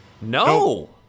No